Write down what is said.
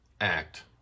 act